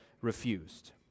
refused